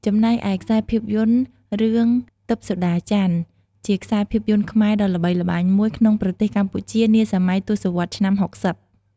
ចំណែកឯ ខ្សែភាពយន្ត រឿងទិព្វសូដាចន្ទ័ ជាខ្សែភាពយន្តខ្មែរដ៏ល្បីល្បាញមួយក្នុងប្រទេសកម្ពុជានាសម័យទសវត្សឆ្នាំ៦០។